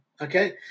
okay